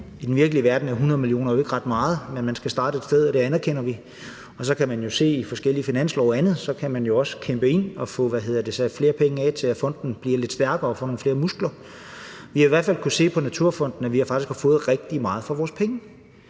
i den virkelige verden er 100 mio. kr. jo ikke ret meget, men man skal starte et sted, det anerkender vi. Og så kan man jo se i forskellige finanslove og andet, at man også kan klemme det ind og få sat flere penge af til, at fonden bliver lidt stærkere og får nogle flere muskler. Vi har i hvert fald kunnet se på Naturfonden, at vi faktisk har fået rigtig meget for vores penge.